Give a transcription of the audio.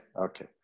okay